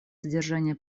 содержания